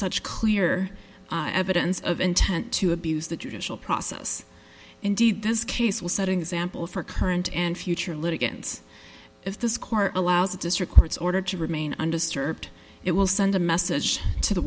such clear evidence of intent to abuse the judicial process indeed this case was setting example for current and future litigants if this court allows the district court's order to remain undisturbed it will send a message to the